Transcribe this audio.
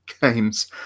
games